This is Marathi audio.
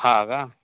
हा का